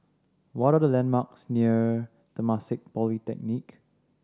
what are the landmarks near Temasek Polytechnic